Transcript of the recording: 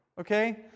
okay